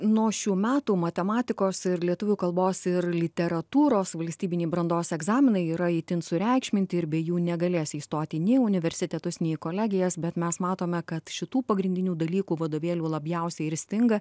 nuo šių metų matematikos ir lietuvių kalbos ir literatūros valstybiniai brandos egzaminai yra itin sureikšminti ir be jų negalės įstoti nei į universitetus nei į kolegijas bet mes matome kad šitų pagrindinių dalykų vadovėlių labiausiai ir stinga